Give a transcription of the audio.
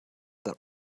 their